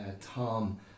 tom